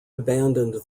abandoned